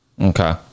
okay